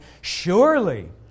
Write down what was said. Surely